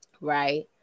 right